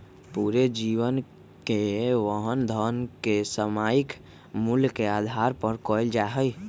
पूरे जीवन के वहन धन के सामयिक मूल्य के आधार पर कइल जा हई